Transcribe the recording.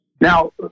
Now